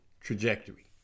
trajectory